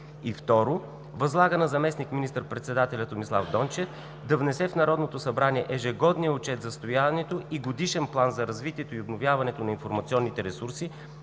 2. Възлага на заместник министър-председателя Томислав Дончев да внесе в Народното събрание ежегодния отчет за състоянието и годишен план за развитието и обновяването на информационните ресурси